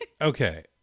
Okay